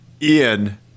ian